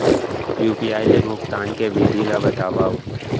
UPI ले भुगतान के विधि ला बतावव